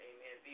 Amen